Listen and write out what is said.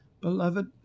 Beloved